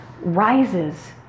rises